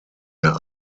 der